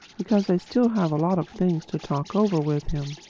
because i still have a lot of things to talk over with him.